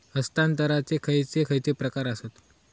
हस्तांतराचे खयचे खयचे प्रकार आसत?